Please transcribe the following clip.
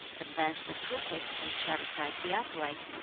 advance the crooked and set aside the upright,